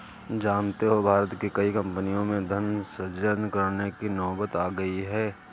जानते हो भारत की कई कम्पनियों में धन सृजन करने की नौबत आ गई है